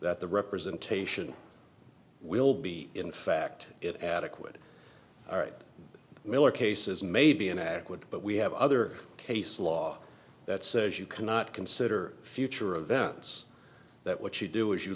that the representation will be in fact it adequate all right miller cases maybe and i would but we have other case law that says you cannot consider future events that what you do is you